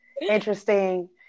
interesting